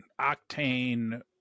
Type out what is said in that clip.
octane